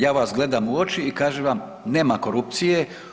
Ja vas gledam u oči i kažem vam nema korupcije.